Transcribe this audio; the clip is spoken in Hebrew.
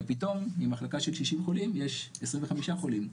ופתאום ממחלקה של 60 חולים יש 25 חולים.